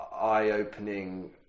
eye-opening